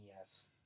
yes